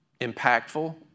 impactful